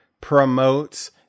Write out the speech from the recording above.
promotes